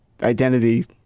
identity